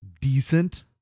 decent